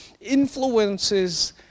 influences